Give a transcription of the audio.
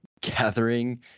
gathering